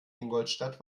ingolstadt